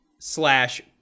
slash